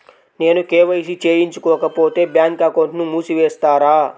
నేను కే.వై.సి చేయించుకోకపోతే బ్యాంక్ అకౌంట్ను మూసివేస్తారా?